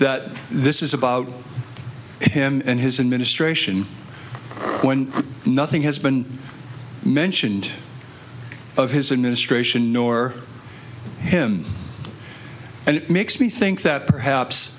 that this is about him and his administration when nothing has been mentioned of his administration nor him and it makes me think that perhaps